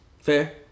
Fair